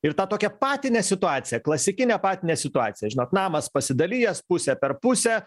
ir tą tokią patinę situaciją klasikinę patinę situaciją žinot namas pasidalijęs pusę per pusę